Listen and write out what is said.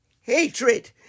hatred